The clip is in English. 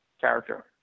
character